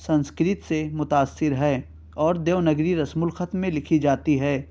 سنسکرت سے متاثر ہے اور دیونگری رسم الخط میں لکھی جاتی ہے